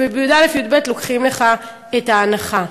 ובי"א-י"ב לוקחים לך את ההנחה.